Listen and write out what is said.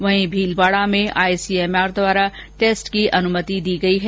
वहीं भीलवाडा में आईसीएमआर द्वारा टेस्ट की अनुमति मिल चुकी है